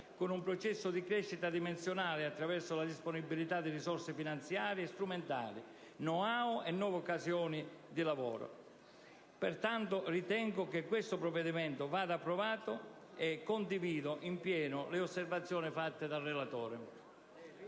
con un processo di crescita dimensionale, attraverso la disponibilità di risorse finanziarie e strumentali, *know-how* e nuove occasioni di lavoro. Pertanto, ritengo che questo provvedimento vada approvato, e condivido in pieno le osservazioni svolte dal relatore.